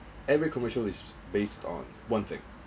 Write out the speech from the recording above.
every commercial is based on one thing